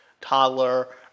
toddler